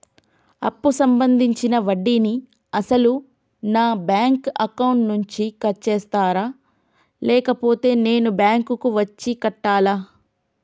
అప్పు సంబంధించిన వడ్డీని అసలు నా బ్యాంక్ అకౌంట్ నుంచి కట్ చేస్తారా లేకపోతే నేను బ్యాంకు వచ్చి కట్టాలా?